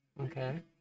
Okay